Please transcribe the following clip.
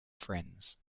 friends